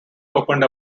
opened